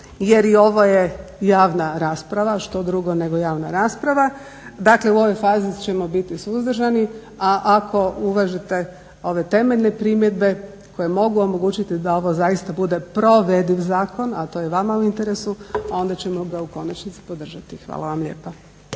jer i ovo je javna rasprava, a što drugo nego javna rasprava, dakle u ovoj fazi ćemo biti suzdržani. A ako uvažite ove temeljne primjedbe koje mogu omogućiti da ovo zaista bude provediv zakon, a to je vama u interesu onda ćemo ga u konačnici podržati. Hvala vam lijepa.